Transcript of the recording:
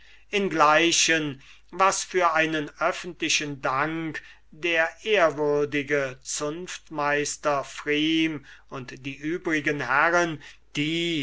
imgleichen was für einen öffentlichen dank der ehrwürdige zunftmeister pfriem und die übrigen herren die